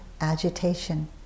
agitation